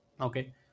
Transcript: okay